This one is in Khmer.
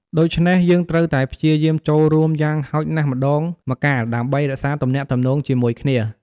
ដូច្នេះ យើងត្រូវតែព្យាយាមចូលរួមយ៉ាងហោចណាស់ម្តងម្កាលដើម្បីរក្សាទំនាក់ទំនងជាមួយគ្នា។